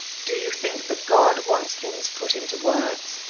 do you think that god wants things put into words?